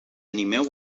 animeu